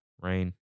Rain